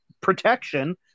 protection